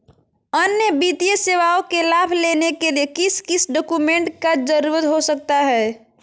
अन्य वित्तीय सेवाओं के लाभ लेने के लिए किस किस डॉक्यूमेंट का जरूरत हो सकता है?